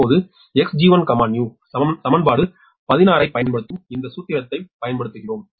இப்போது Xg1new சமன்பாடு 16 ஐப் பயன்படுத்தும் இந்த சூத்திரத்தைப் பயன்படுத்துகிறோம்